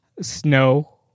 Snow